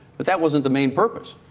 but that wasn't the main purpose.